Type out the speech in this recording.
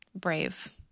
Brave